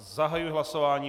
Zahajuji hlasování.